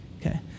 Okay